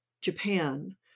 Japan